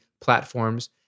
platforms